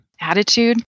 attitude